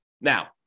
Now